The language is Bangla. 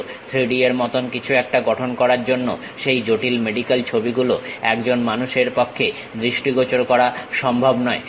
3D এর মতন কিছু একটা গঠন করার জন্য সেই জটিল মেডিক্যাল ছবিগুলো একজন মানুষের পক্ষে দৃষ্টিগোচর করা সম্ভব নয়